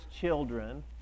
children